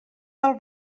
del